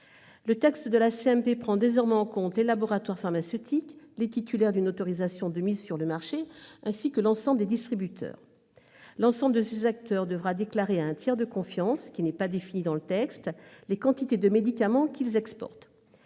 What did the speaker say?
mixte paritaire vise désormais les laboratoires pharmaceutiques, les titulaires d'une autorisation de mise sur le marché et les distributeurs. L'ensemble de ces acteurs devront déclarer à un tiers de confiance, qui n'est pas défini dans le texte, les quantités de médicaments qu'ils exportent.